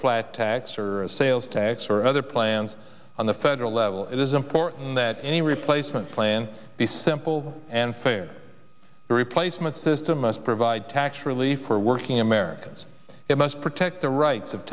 flat tax or sales tax or other plans on the federal level it is important that any replacement plan be simple and fair replacement system must provide tax relief for working americans it must protect the rights of